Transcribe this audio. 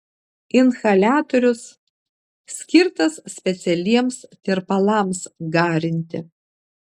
inhaliatorius skirtas specialiems tirpalams garinti